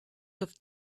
have